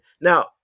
Now